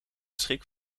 schrik